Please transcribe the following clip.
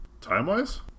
Time-wise